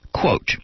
Quote